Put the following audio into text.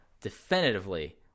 definitively